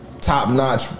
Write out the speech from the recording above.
top-notch